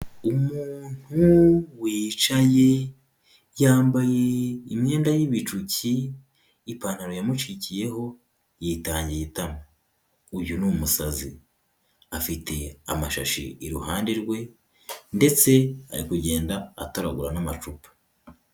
Umuntu wicaye yambaye imyenda y'ibicuki, ipantaro yamucikiyeho yitangiye itama. Uyu ni umusazi afite amashashi iruhande rwe, ndetse ari kugenda atoragura n'amacupa.